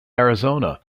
arizona